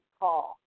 call